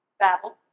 Babel